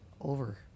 Over